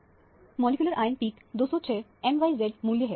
अब molecular ion peak 206 mz मूल्य हैं